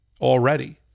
already